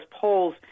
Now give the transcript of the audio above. polls